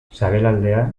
sabelaldea